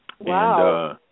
Wow